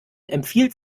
empfiehlt